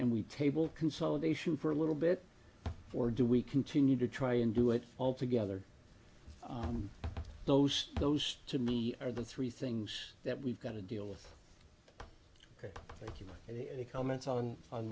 and we table consolidation for a little bit or do we continue to try and do it all together those those to me are the three things that we've got to deal with the comments on on